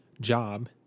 job